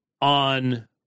on